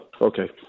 okay